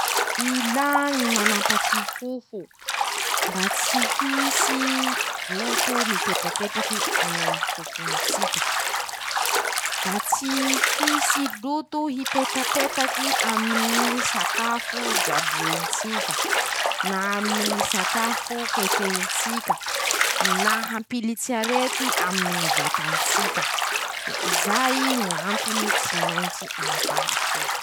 Ilà ñy manampaky hoho mba tsy hisy, loto mipetrapetraky aminy ñy hoho ntsika, mba tsy hisy loto mipetapetaky aminy ñy sakafo jaboentsika na aminy ñy sakafo ketrehitsika na hampilitsy arety aminy ñy vatantsika, zay Ñ'antony tsy maintsy hanampaha ho.